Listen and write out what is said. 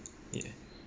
yeah